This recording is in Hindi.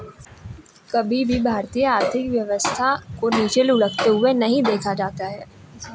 कभी भी भारतीय आर्थिक व्यवस्था को नीचे लुढ़कते हुए नहीं देखा जाता है